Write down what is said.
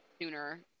sooner